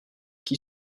qui